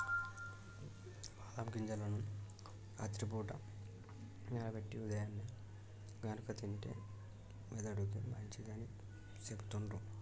బాదం గింజలను రాత్రి పూట నానబెట్టి ఉదయాన్నే గనుక తింటే మెదడుకి మంచిదని సెపుతుండ్రు